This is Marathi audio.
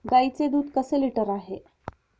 गाईचे दूध कसे लिटर आहे?